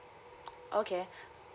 okay